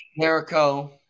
Jericho